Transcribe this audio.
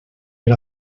per